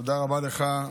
תודה רבה לך,